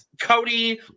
cody